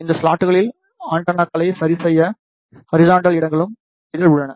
இந்த ஸ்லாட்டுகளில் ஆண்டெனாக்களை சரிசெய்ய ஹரிசாண்டல் இடங்களும் இதில் உள்ளன